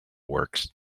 works